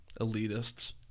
elitists